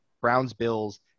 Browns-Bills